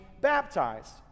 baptized